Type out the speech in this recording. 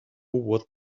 what